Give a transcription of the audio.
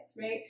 right